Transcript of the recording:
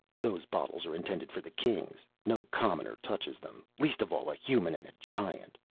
those bottles are intended for the kings. no commoner touches them, least of all a human and a giant.